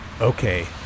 okay